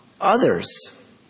others